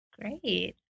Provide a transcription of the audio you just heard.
Great